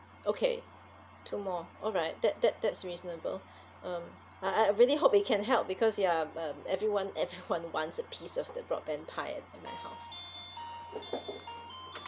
okay two more alright that that that's reasonable um uh I really hope it can help because ya um everyone everyone wants a piece of the broadband pie at at my house